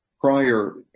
prior